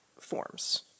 forms